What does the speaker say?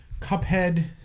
Cuphead